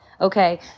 Okay